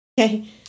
Okay